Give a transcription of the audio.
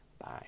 Bye